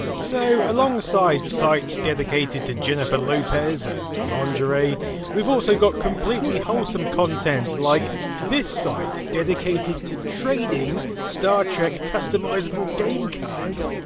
so alongside sites dedicated to jennifer lopez and lingere. we've also got completely wholesome content, like this site, dedicated to trading star trek customisable game cards.